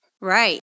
Right